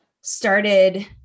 started